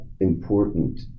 important